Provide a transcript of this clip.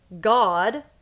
God